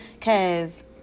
cause